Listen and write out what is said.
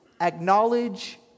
acknowledge